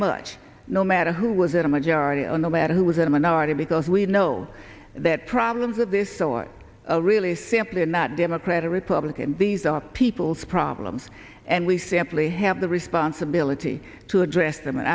much no matter who was in a majority or no matter who was in a minority because we know that problems of this sort of really simple are not democrat or republican these are people's problems and we simply have the responsibility to address them and